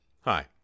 Hi